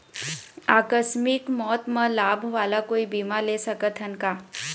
आकस मिक मौत म लाभ वाला कोई बीमा ले सकथन का?